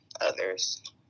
others